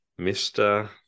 Mr